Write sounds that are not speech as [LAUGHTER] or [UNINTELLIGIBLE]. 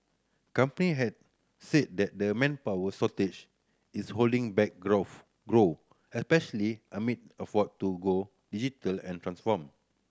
company had said that the manpower shortage is holding back [UNINTELLIGIBLE] grow especially amid effort to go digital and transform